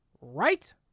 right